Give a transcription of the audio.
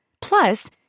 Plus